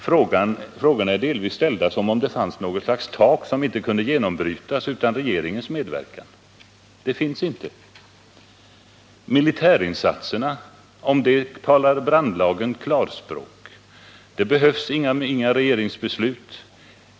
Frågorna är delvis ställda som om det skulle finnas något slags tak som inte kunde genombrytas utan regeringens medverkan, men något sådant finns inte. Beträffande militärinsatserna, som brandlagen talar i klarspråk om, så behövs det inga regeringsbeslut.